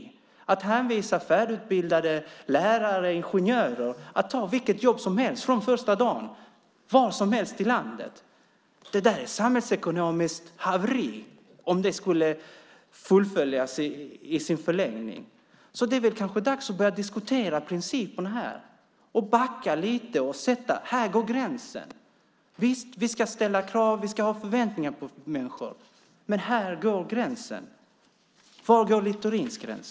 Man hänvisar färdigutbildade lärare och ingenjörer till att ta vilket jobb som helst från första dagen, var som helst i landet. Det är ett samhällsekonomiskt haveri om det skulle fullföljas i sin förlängning. Det är kanske dags att börja diskutera principerna, att backa lite och säga: Här går gränsen. Visst ska vi ställa krav. Vi ska ha förväntningar på människor, men här går gränsen. Var går Littorins gräns?